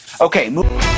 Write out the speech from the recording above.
Okay